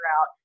out